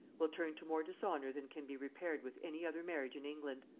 will turn to more dishonor than can be repaired with any other marriage in england.